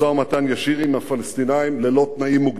ישיר עם הפלסטינים ללא תנאים מוקדמים.